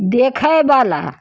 देखएवला